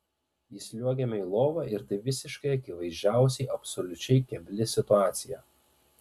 įsliuogiame į lovą ir tai visiškai akivaizdžiausiai absoliučiai kebli situacija